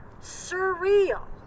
surreal